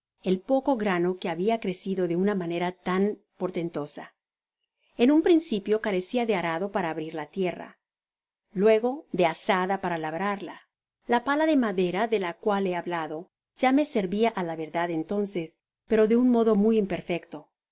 el poce grano que habia crecido de una manera tan portentosa ea un principio carecía de arado para abrir la tierra luego de azada para labrarla la pala de madera de la cual he hablado ya me servia á la verdad entonces pero de un modo muy imperfecto